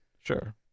Sure